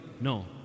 No